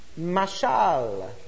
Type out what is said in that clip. mashal